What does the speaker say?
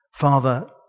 Father